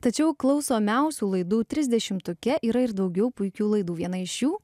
tačiau klausuomiausių laidų trisdešimtuke yra ir daugiau puikių laidų viena iš jų